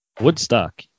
Woodstock